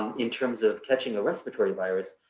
in terms of catching a respiratory virus,